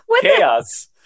chaos